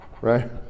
Right